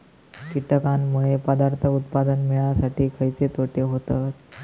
कीटकांनमुळे पदार्थ उत्पादन मिळासाठी खयचे तोटे होतत?